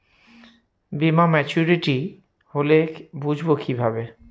বীমা মাচুরিটি হলে বুঝবো কিভাবে?